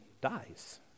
dies